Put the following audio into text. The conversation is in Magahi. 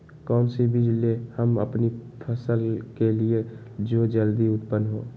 कौन सी बीज ले हम अपनी फसल के लिए जो जल्दी उत्पन हो?